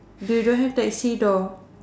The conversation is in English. you don't have taxi door